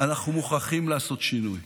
אנחנו מוכרחים לעשות שינוי.